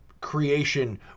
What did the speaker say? creation